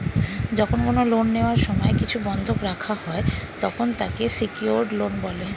যখন কোন লোন নেওয়ার সময় কিছু বন্ধক রাখা হয়, তখন তাকে সিকিওরড লোন বলে